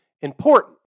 important